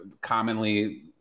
commonly